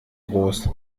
groß